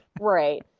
Right